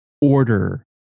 order